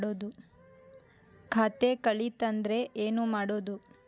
ಖಾತೆ ಕಳಿತ ಅಂದ್ರೆ ಏನು ಮಾಡೋದು?